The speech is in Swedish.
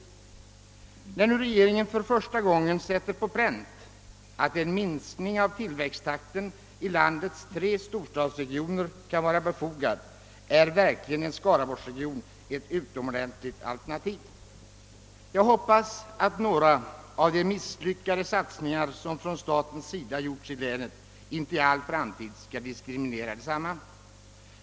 När nu regeringen för första gången sätter på pränt att en minskning av tillväxttakten i landets tre storstadsregioner kan vara befogad, är verkligen en stor Skaraborgsregion ett utomordentligt bra alternativ. Jag hoppas att några av de misslyckade satsningar som från statens sida gjorts i länet inte i all framtid skall diskriminera detsamma.